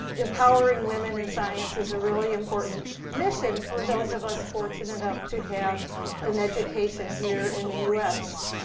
empowering women in science is a really important mission for those of us fortunate enough to have an education here in the u s.